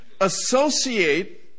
Associate